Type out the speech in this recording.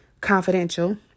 confidential